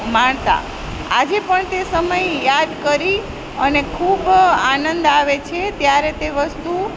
માણતાં આજે પણ તે સમય યાદ કરી અને ખૂબ આનંદ આવે છે ત્યારે તે વસ્તુ